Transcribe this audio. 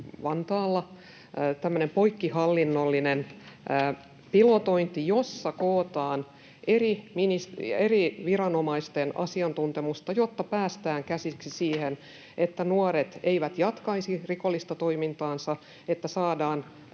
tämmöinen poikkihallinnollinen pilotointi, jossa kootaan eri viranomaisten asiantuntemusta, jotta päästään käsiksi siihen, että nuoret eivät jatkaisi rikollista toimintaansa, että saadaan